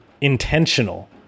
intentional